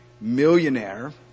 millionaire